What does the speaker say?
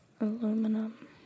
Aluminum